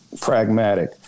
pragmatic